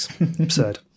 Absurd